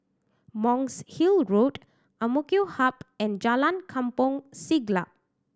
Monk's Hill Road Ang Mo Kio Hub and Jalan Kampong Siglap